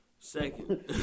Second